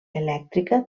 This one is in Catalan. elèctrica